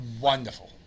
Wonderful